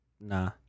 nah